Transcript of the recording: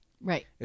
right